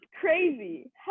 crazy